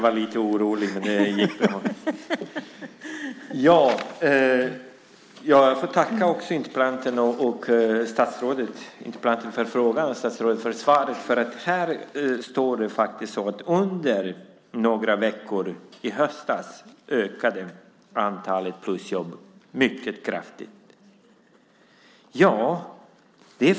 Fru talman! Jag får tacka interpellanten och statsrådet, interpellanten för frågan och statsrådet för svaret. Här sades det att antalet plusjobb under några veckor i höstas ökade mycket kraftigt.